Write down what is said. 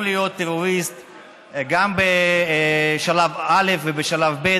להיות טרוריסטים גם בשלב א' ובשלב ב',